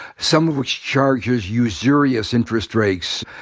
some of which charges usurious interest rates.